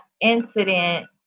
incident